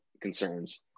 concerns